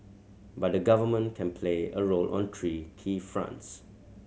but the Government can play a role on three key fronts